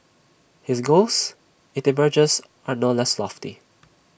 his goals IT emerges are no less lofty